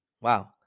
Wow